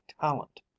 talent